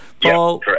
Paul